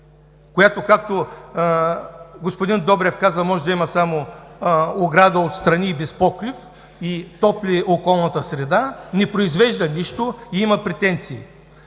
която, както господин Добрев каза, може да има само ограда отстрани, без покрив и топли околната среда, не произвежда нищо, но има претенции.